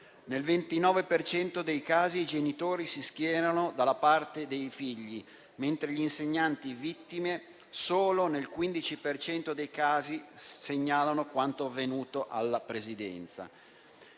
cento dei casi i genitori si schierano dalla parte dei figli, mentre gli insegnanti, vittime, solo nel 15 per cento dei casi segnalano quanto avvenuto alla Presidenza.